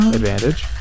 advantage